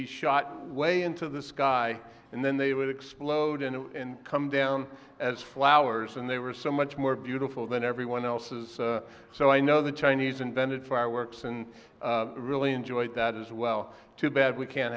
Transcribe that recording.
be shot way into the sky and then they would explode and come down as flowers and they were so much more beautiful than everyone else's so i know the chinese invented fireworks and really enjoyed that as well too bad we can't